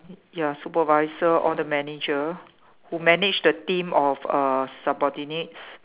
ya supervisor or the manager who manage the team of uh subordinates